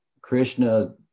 Krishna